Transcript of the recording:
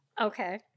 Okay